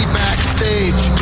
backstage